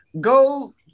go